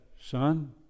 son